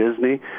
Disney